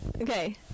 Okay